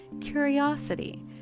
curiosity